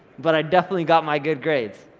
but i definitely got my good grades.